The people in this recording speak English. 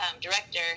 director